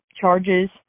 charges